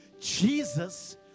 Jesus